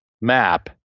map